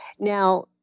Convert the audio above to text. Now